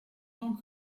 tant